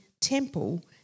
temple